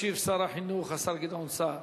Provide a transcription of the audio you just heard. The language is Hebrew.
ישיב שר החינוך, השר גדעון סער.